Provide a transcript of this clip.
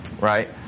Right